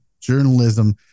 journalism